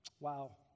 Wow